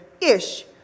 Ish